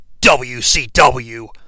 WCW